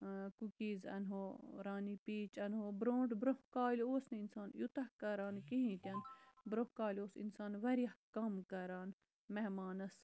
cookies اَنہو رانہِ piece اَنہو برونٹھ برونہہ کالہِ اوس نہٕ اِنسان یوٗتاہ کران کِہینۍ تہِ نہٕ برونہہ کالہِ اوس اِنسان واریاہ کَم کران مہمانَس